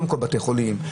קודם כול בבתי חולים,